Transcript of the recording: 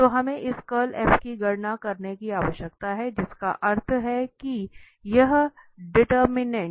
तो हमें इस कर्ल की गणना करने की आवश्यकता है जिसका अर्थ है कि यह डेटर्मिनेन्ट